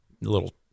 little